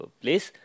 place